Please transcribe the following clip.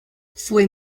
fue